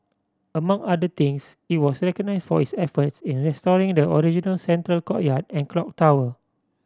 among other things it was recognised for its efforts in restoring the original central courtyard and clock tower